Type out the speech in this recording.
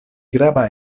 grava